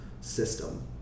system